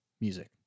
music